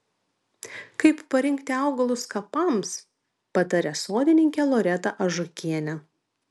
kaip parinkti augalus kapams pataria sodininkė loreta ažukienė